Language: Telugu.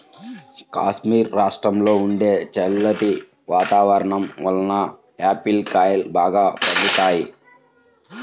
కాశ్మీరు రాష్ట్రంలో ఉండే చల్లటి వాతావరణం వలన ఆపిల్ కాయలు బాగా పండుతాయి